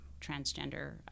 transgender